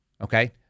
Okay